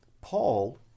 Paul